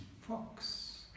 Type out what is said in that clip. fox